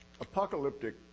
Apocalyptic